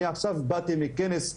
אני עכשיו באתי מכנס באירופה.